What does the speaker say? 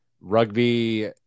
Rugby